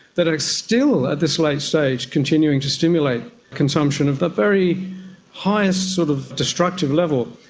that are still at this late stage continuing to stimulate consumption of the very highest sort of destructive level.